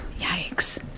yikes